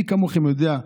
מי כמוכם יודע,